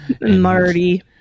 Marty